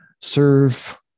Serve